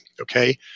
okay